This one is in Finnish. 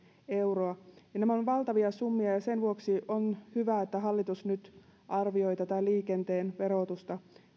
euroa nämä ovat valtavia summia ja sen vuoksi on hyvä että hallitus nyt arvioi tätä liikenteen verotusta